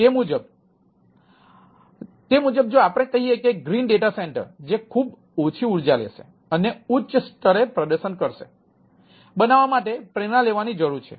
તે મુજબ જો આપણે કહીએ કે ગ્રીન ડેટા સેન્ટર્સ છે